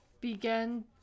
began